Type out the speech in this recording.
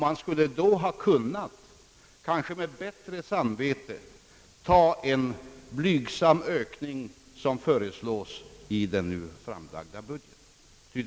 Man skulle då ha kunnat med bättre samvete ta en så blygsam ökning som den som föreslås i den nu framlagda budgeten.